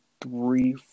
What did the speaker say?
three